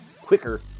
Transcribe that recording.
quicker